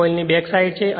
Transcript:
આ કોઇલની back side છે